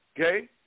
Okay